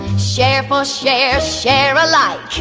share for share share a lot.